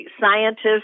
scientists